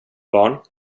barn